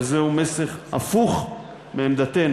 וזהו מסר הפוך מעמדתנו.